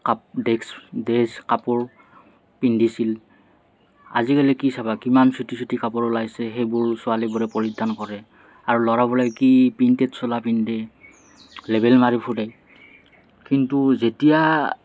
cup dress dress কাপোৰ পিন্ধিছিল আজিকালি কি চাবা কিমান চুটি চুটি কাপোৰ ওলাইছে সেইবোৰ ছোৱালীবোৰে পৰিধান কৰে আৰু ল'ৰাবোৰে কি প্ৰিণ্টেড চোলা পিন্ধে লেবেল মাৰি ফুৰে কিন্তু যেতিয়া